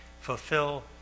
fulfill